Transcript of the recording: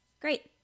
Great